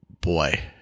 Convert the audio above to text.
boy